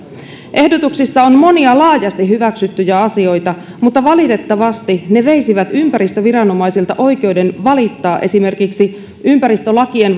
ehdotuksissa on monia laajasti hyväksyttyjä asioita mutta valitettavasti ne veisivät ympäristöviranomaisilta oikeuden valittaa esimerkiksi ympäristölakien